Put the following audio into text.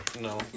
No